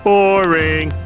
Boring